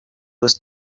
was